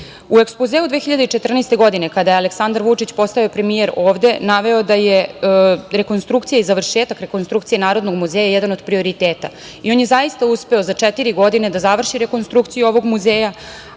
ekspozeu 2014. godine kada je Aleksandar Vučić postao premijer, naveo je da je rekonstrukcija i završetak rekonstrukcije Narodnog muzeja jedan od prioriteta i on je zaista uspeo da za četiri godine završi rekonstrukciju ovog muzeja,